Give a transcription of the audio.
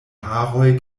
haroj